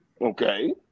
Okay